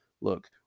look